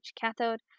cathode